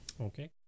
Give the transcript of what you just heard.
Okay